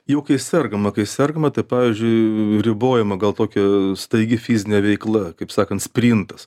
jau kai sergama kai sergama tai pavyzdžiui ribojama gal tokia staigi fizinė veikla kaip sakant sprintas